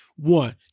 One